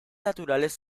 naturales